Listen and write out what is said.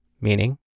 meaning